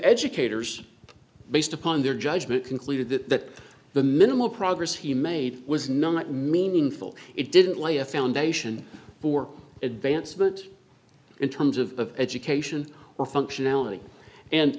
educators based upon their judgment concluded that the minimal progress he made was not meaningful it didn't lay a foundation for advancement in terms of education or functionality and